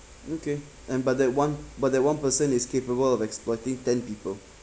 okay and but that one but that one person is capable of exploiting ten people